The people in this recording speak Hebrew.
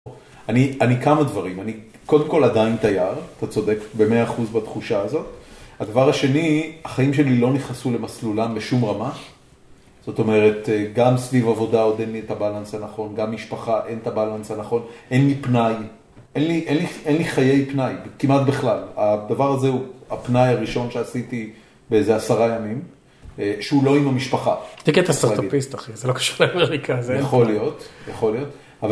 אני..אני כמה דברים, אני קודם כל עדיין תייר, אתה צודק, ב-100% בתחושה הזאת, הדבר השני, החיים שלי לא נכנסו למסלולם בשום רמה, זאת אומרת, גם סביב עבודה עוד אין לי את הבאלנס הנכון, גם משפחה אין את הבאלנס הנכון, אין לי פנאי, אין לי חיי פנאי, כמעט בכלל, הדבר הזה הוא הפנאי הראשון שעשיתי, באיזה עשרה ימים, שהוא לא עם המשפחה. תקן את הסטארטאפיסט אחי, זה לא קשור לאמריקה. יכול להיות, יכול להיות.